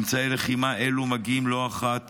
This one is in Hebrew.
אמצעי לחימה אלו מגיעים לא אחת